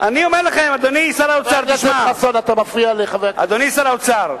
אני אומר לכם, אדוני שר האוצר, אדוני שר האוצר,